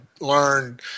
learn